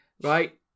right